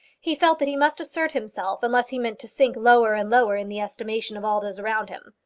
he felt that he must assert himself unless he meant to sink lower and lower in the estimation of all those around him.